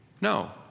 No